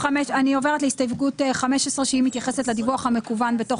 הסתייגות 15 מתייחסת לדיווח המקוון בתוך